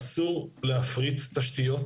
אסור להפריט תשתיות